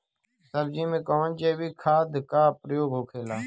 सब्जी में कवन जैविक खाद का प्रयोग होखेला?